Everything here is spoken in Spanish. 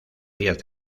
días